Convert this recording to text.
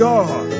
God